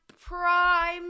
prime